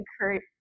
encourage